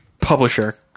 publisher